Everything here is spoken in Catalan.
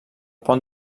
pont